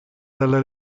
della